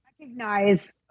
recognize